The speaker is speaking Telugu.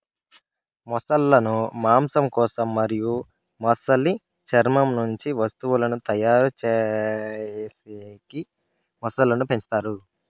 మొసళ్ళ ను మాంసం కోసం మరియు మొసలి చర్మం నుంచి వస్తువులను తయారు చేసేకి మొసళ్ళను పెంచుతారు